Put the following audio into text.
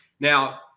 Now